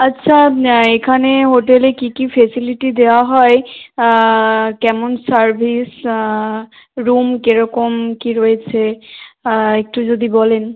আচ্ছা এখানে হোটেলে কী কী ফেসিলিটি দেওয়া হয় কেমন সার্ভিস রুম কীরকম কী রয়েছে একটু যদি বলেন